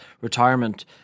retirement